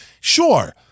Sure